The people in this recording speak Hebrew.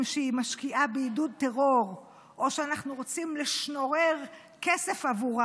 שהיא משקיעה בעידוד טרור או שאנחנו רוצים לשנורר כסף בעבורה